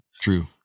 True